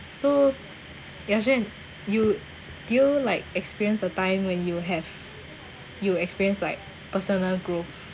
so ya xuan you do you like experience a time when you have you experienced like personal growth